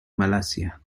malasia